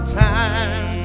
time